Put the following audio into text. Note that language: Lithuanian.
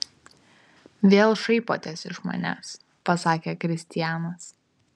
vėl šaipotės iš manęs pasakė kristianas